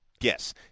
Yes